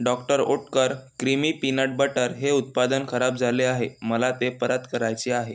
doctor Oetker creamy peanut butter हे उत्पादन खराब झाले आहे मला ते परत करायचे आहे